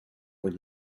when